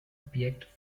objekt